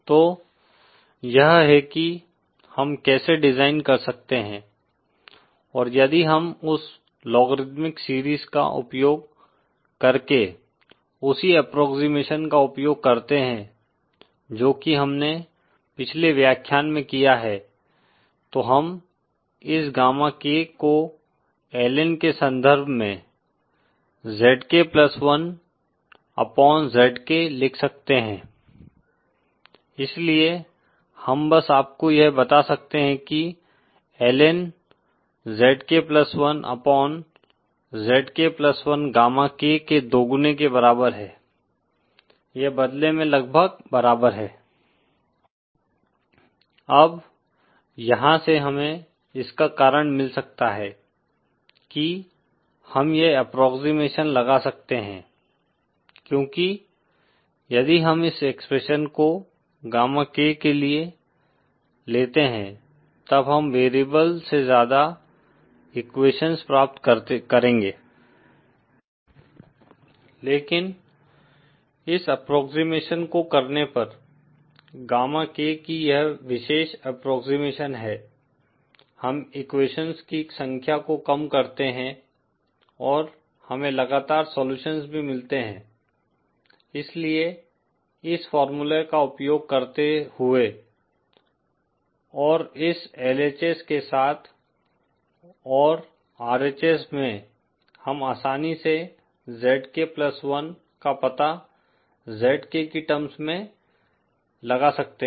तो यह है कि हम कैसे डिजाइन कर सकते हैं और यदि हम उस लोगरिथ्मिक सीरीज का उपयोग करके उसी अप्प्रोक्सिमशन का उपयोग करते हैं जो कि हमने पिछले व्याख्यान में किया है तो हम इस गामा K को LN के संदर्भ में ZK 1 अपॉन ZK लिख सकते हैं इसलिए हम बस आपको यह बता सकते हैं कि LN ZK 1 upon ZK 1 gamma K के दोगुने के बराबर है यह बदले में लगभग बराबर है लेकिन इस अप्प्रोक्सिमशन को करने पर गामा K कि यह विशेष अप्प्रोक्सिमशन है हम एक्वेशन्स की संख्या को कम करते हैं और हमें लगातार सोलूशन्स भी मिलते हैं इसलिए इस फार्मूला का उपयोग करते हुए और इस LHS के साथ और RHS में हम आसानी से ZK प्लस वन का पता ZK की टर्म्स में लगा सकते हैं